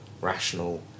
rational